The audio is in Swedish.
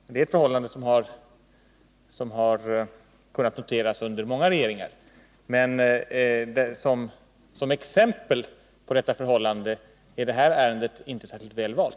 Det är ett förhållande som har kunnat noteras under många regeringar. Men som exempel på ett sådant förhållande är detta ärende inte särskilt väl valt.